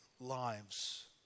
lives